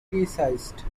criticised